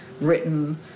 written